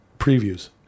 previews